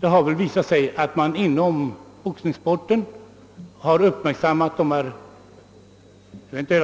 Det har väl visat sig att man inom boxningssporten har uppmärksammat